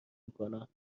میکنم